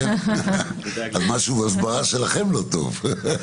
אז משהו בהסברה שלכם לא טוב.